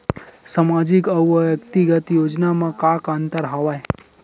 सामाजिक अउ व्यक्तिगत योजना म का का अंतर हवय?